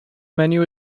menu